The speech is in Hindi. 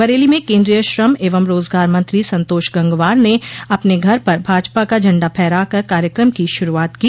बरेली में केन्द्रीय श्रम एवं रोजगार मंत्री संतोष गंगवार ने अपने घर पर भाजपा का झंडा फहरा कर कार्यक्रम की शुरूआत की